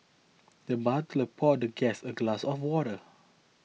the butler poured the guest a glass of water